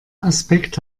aspekt